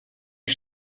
die